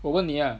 我问你啊